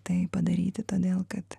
tai padaryti todėl kad